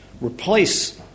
replace